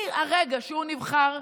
מהרגע שהוא נבחר,